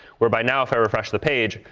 whereby now if i refresh the page,